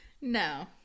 No